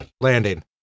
Landing